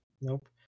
Nope